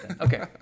Okay